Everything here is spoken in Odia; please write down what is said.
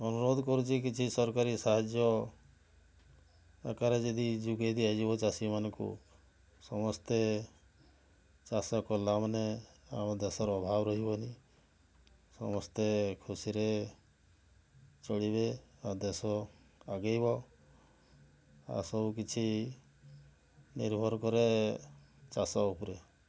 ଅନୁରୋଧ କରୁଛି କିଛି ସରକାରୀ ସାହାଯ୍ୟ ଆକାରରେ ଯଦି ଯୋଗେଇ ଦିଆଯିବ ଚାଷୀ ମାନଙ୍କୁ ସମସ୍ତେ ଚାଷ କଲା ମାନେ ଆମ ଦେଶର ଅଭାବ ରହିବନି ସମସ୍ତେ ଖୁସିରେ ଚଳିବେ ଆଉ ଦେଶ ଆଗେଇବ ଆଉସବୁ କିଛି ନିର୍ଭର କରେ ଚାଷ ଉପରେ